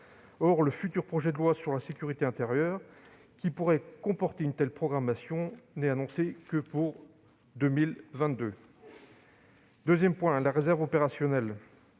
Or le futur projet de loi sur la sécurité intérieure, qui pourrait comporter une telle programmation, n'est annoncé que pour 2022. Deuxièmement, la réserve opérationnelle